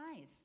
eyes